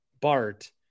BART